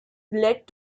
led